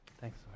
Thanks